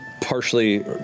partially